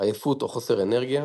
עייפות\חוסר אנרגיה,